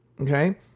okay